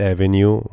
Avenue